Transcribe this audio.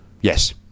Yes